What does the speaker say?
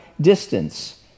distance